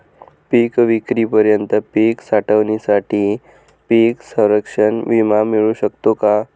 पिकविक्रीपर्यंत पीक साठवणीसाठी पीक संरक्षण विमा मिळू शकतो का?